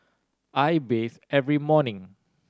I bathe every morning